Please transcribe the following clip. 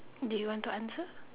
do you want to answer